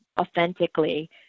authentically